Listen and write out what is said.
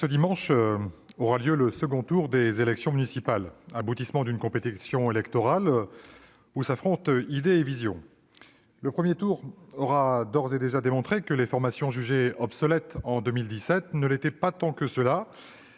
Ce dimanche aura lieu le second tour des élections municipales, aboutissement d'une compétition électorale où s'affrontent idées et visions. Le premier tour a d'ores et déjà démontré que les formations jugées obsolètes en 2017 ne le sont pas tant que cela